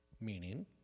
Meaning